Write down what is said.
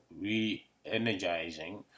re-energizing